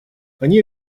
они